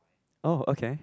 oh okay